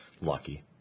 Lucky